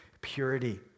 purity